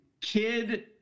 kid